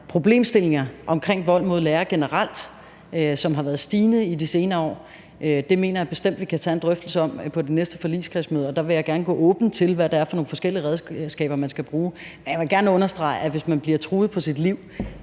problemstillinger omkring vold mod lærere generelt, som har været stigende i de senere år. Det mener jeg bestemt at vi kan tage en drøftelse om på det næste forligskredsmøde, og der vil jeg gerne gå åbent til, hvad det er for nogle forskellige redskaber, man skal bruge. Jeg vil gerne understrege, at hvis man bliver truet på sit liv